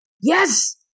Yes